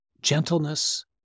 gentleness